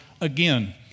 again